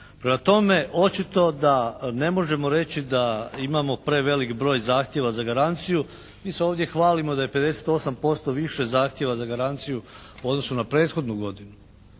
Prema tome očito da ne možemo reći da imamo preveliki broj zahtjeva za garanciju. Mi se ovdje hvalimo da je 58% više zahtjeva za garanciju u odnosu na prethodnu godinu.